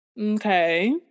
okay